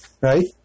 Right